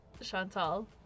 Chantal